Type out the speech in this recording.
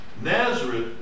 Nazareth